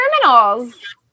criminals